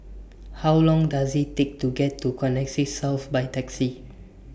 How Long Does IT Take to get to Connexis South By Taxi